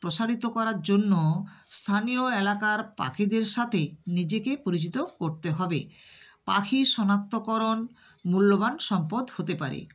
প্রসারিত করার জন্য স্থানীয় এলাকার পাখিদের সাথে নিজেকে পরিচিত করতে হবে পাখি শনাক্তকরণ মূল্যবান সম্পদ হতে পারে